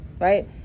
right